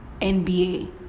NBA